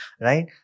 right